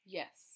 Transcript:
yes